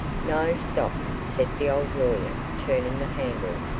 no stop, said the old lawyer, turning the handle.